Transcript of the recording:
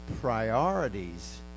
priorities